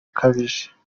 ukabije